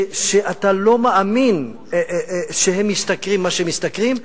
אתה לא מאמין שהם משתכרים מה שהם משתכרים.